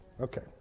Okay